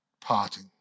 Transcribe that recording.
parting